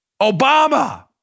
Obama